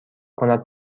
کند